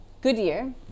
Goodyear